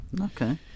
okay